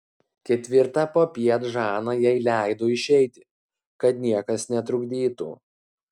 ketvirtą popiet žana jai leido išeiti kad niekas netrukdytų